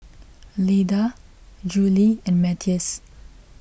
Leda Julie and Matthias